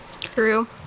true